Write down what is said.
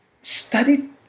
studied